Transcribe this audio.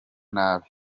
nabi